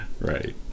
Right